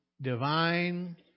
divine